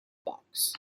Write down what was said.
box